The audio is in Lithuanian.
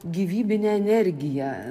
gyvybine energija